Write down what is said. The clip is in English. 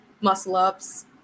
muscle-ups